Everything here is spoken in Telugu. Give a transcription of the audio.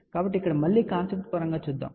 కాబట్టి ఇక్కడ మళ్ళీ కాన్సెప్ట్ పరంగా చూద్దాం